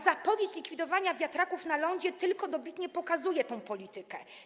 Zapowiedź likwidowania wiatraków na lądzie tylko dobitnie pokazuje tę politykę.